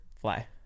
fly